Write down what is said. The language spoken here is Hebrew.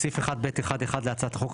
בסעיף 1(ב1)(1) להצעת החוק,